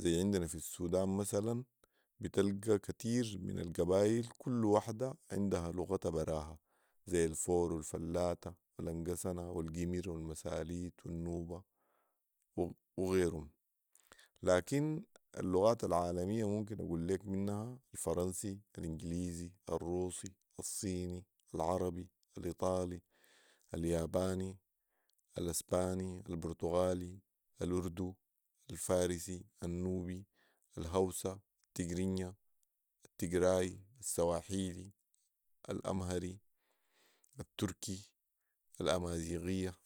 ذي عندنا في السودان مثلا بتلقي كتير من القبايل كل واحده عندها لغتها براها ،ذي الفور والفلاته والانقسنا والقمر والمساليت والنوبه وغيرهم. لكن اللغات العالميه ممكن اقول ليك منها الفرنسي ،الإنجليزي ،الروسي ،الصيني، العربي، الايطالي ،الياباني ،الإسباني ،البرتغالي ،الاردو، الفارسي ،النوبي ،الهوسا ،التقرنجة ،التقراي ،السواحيلي ،الأمهري ،التركي ،الامازيغية